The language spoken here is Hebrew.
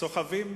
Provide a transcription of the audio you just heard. סוחבים